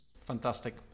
Fantastic